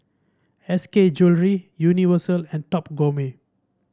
S K Jewellery Universal and Top Gourmet